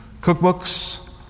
cookbooks